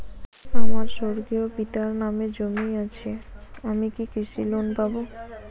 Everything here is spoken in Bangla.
আমার স্বর্গীয় পিতার নামে জমি আছে আমি কি কৃষি লোন পাব?